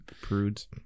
Prudes